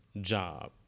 job